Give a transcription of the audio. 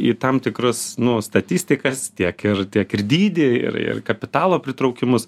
į tam tikras nu statistikas tiek ir tiek ir dydį ir ir kapitalo pritraukimus